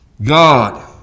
God